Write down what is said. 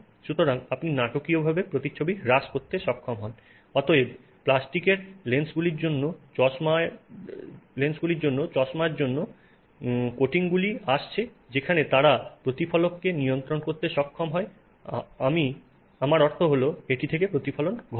সুতরাং আপনি নাটকীয়ভাবে প্রতিচ্ছবি হ্রাস করতে সক্ষম হন এবং অতএব প্লাস্টিকের লেন্সগুলির জন্য চশমা জন্য কোটিংগুলি আসছে যেখানে তারা প্রতিফলককে নিয়ন্ত্রণ করতে সক্ষম হয় আমি অর্থ হল এটি থেকে প্রতিফলন ঘটে